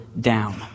down